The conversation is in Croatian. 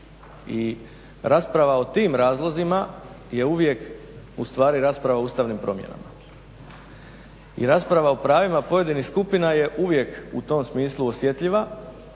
I rasprava o tim razlozima je uvijek ustvari rasprava o ustavnim promjenama. I rasprava o pravima pojedinih skupina je uvijek u tom smislu osjetljiva